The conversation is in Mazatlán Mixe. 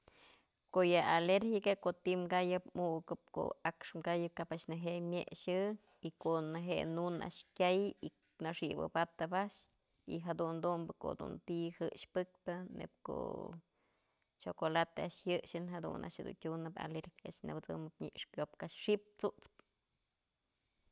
Ko'o yë alergica ko'o ti'i kayëp mukëp, ko'o a'ax kayëp kap a'ax neje myexë y ko'o neje nunë a'ax kyay naxibëbatëp a'ax y jadun dumbë ko'o tun ti'i jëxpëk neyb ko'o chocolate a'ax jyëxën jadun a'ax dun tyunëbë alergica a'ax nëbësëmëp nyëx kyopkë a'ax x'ip t'sutspë.